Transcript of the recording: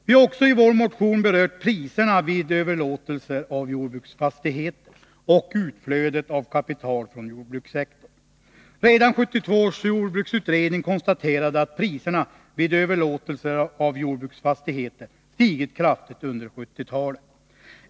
Vi har också i vår motion berört priserna vid överlåtelser av jordbruksfastigheter, och utflödet av kapital från jordbrukssektorn. Redan 1972 års jordbruksutredning konstaterade att priserna vid överlåtelser av jordbruksfastigheter stigit kraftigt under 1970-talet.